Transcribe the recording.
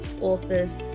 authors